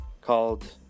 called